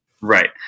Right